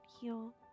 heal